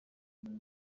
kumera